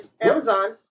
Amazon